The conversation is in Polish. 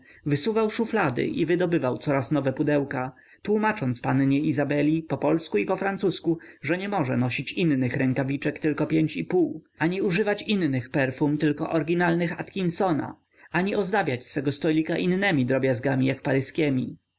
wysuwał szuflady i wydobywał coraz nowe pudełka tłómacząc pannie izabeli popolsku i pofrancusku że nie może nosić innych rękawiczek tylko pięć i pół ani używać innych perfum tylko oryginalnych atkinsona ani ozdabiać swego stolika innemi drobiazgami jak